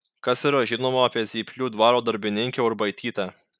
kas yra žinoma apie zyplių dvaro darbininkę urbaitytę